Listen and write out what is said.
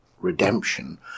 redemption